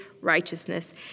righteousness